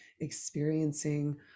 experiencing